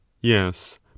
Yes